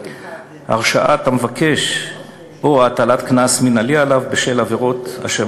הרשעת המבקש או הטלת קנס מינהלי עליו בשל עבירה אשר